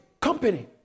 Company